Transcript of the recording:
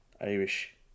irish